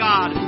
God